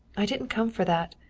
i didn't come for that.